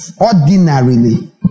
ordinarily